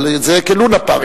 אבל זה כלונה-פארק.